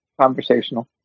conversational